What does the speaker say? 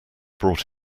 brought